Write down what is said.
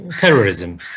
terrorism